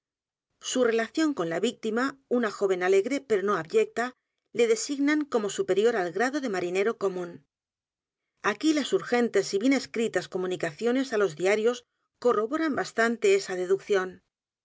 su relación con la víctima una joven alegre pero no abyecta le designan como superior al grado de marinero común aquí las urgentes y bien escritas comunicaciones á los diarios corroboran bastante esa deducción